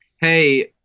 hey